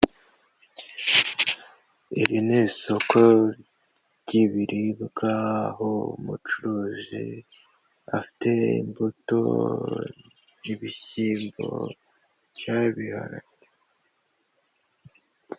Iri ni isoko ry'ibiribwa aho umucuruzi afite imbuto, ibishyimbo cyangwa ibiharage.